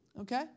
Okay